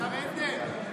השר הנדל,